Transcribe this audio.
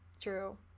true